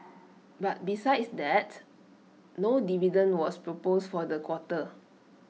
but besides that no dividend was proposed for the quarter